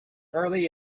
early